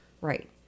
Right